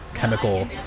chemical